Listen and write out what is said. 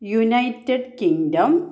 United Kingdom